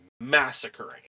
massacring